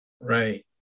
Right